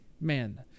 man